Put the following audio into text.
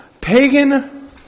pagan